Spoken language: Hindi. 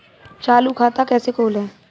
चालू खाता कैसे खोलें?